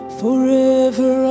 forever